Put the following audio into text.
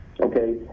Okay